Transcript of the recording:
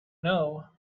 know